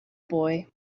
boy